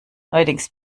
neuerdings